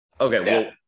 Okay